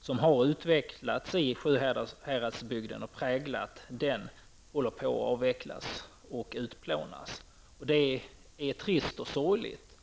som har utvecklats i Sjuhäradsbygden och präglat den håller på att avvecklas och utplånas. Det är trist och sorgligt.